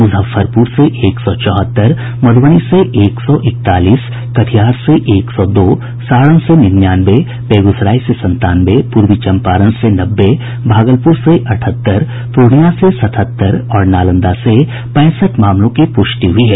मुजफ्फरपूर से एक सौ चौहत्तर मध्यबनी से एक सौ इकतालीस कटिहार से एक सौ दो सारण से निन्यानवे बेगूसराय से संतानवे पूर्वी चंपारण से नब्बे भागलपुर से अठहत्तर पूर्णिया से सतहत्तर और नालंदा से पैंसठ मामलों की पुष्टि हुई है